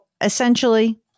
essentially